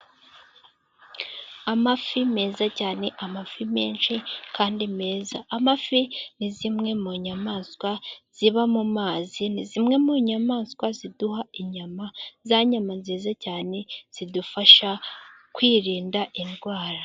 Amafi meza cyane amafi menshi kandi meza, amafi ni zimwe mu nyamaswa ziba mu mazi ,ni zimwe mu nyamaswa ziduha inyama, za nyama nziza cyane zidufasha kwirinda indwara.